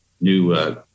new